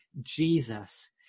Jesus